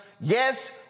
Yes